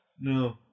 No